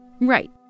Right